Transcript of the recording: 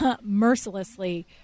mercilessly